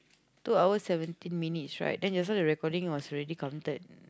two hour seventeen minutes right then just now the recording was already counted